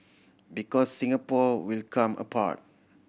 because Singapore will come apart